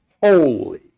holy